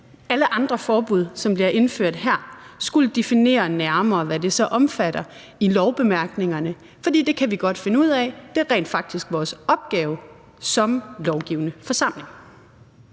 alle andre forbud, som bliver indført her, skulle definere nærmere, hvad det så omfatter, i lovbemærkningerne. For det kan vi godt finde ud af, det er rent faktisk vores opgave som lovgivende forsamling.